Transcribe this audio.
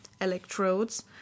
electrodes